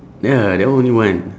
ya that one only one